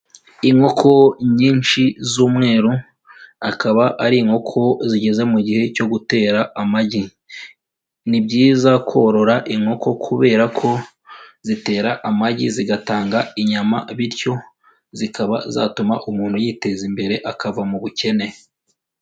Inkoko nyinshi z'umweru, akaba ari inkoko zigeze mu gihe cyo gutera amagi. Ni byiza korora inkoko kubera ko zitera amagi zigatanga inyama bityo zikaba zatuma umuntu yiteza imbere akava mu bukene.